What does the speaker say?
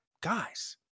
guys